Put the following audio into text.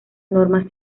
normas